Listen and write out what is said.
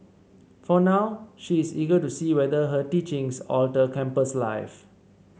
for now she is eager to see whether her teachings alter campus life